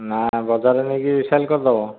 ନା ବଜାର ରେ ନେଇକି ସେଲ କରିଦେବ